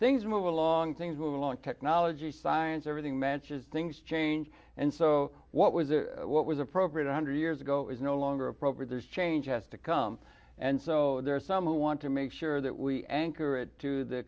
things move along things move along technology science everything matches things change and so what was what was appropriate a hundred years ago is no longer appropriate this change has to come and so there are some who want to make sure that we anchor it to the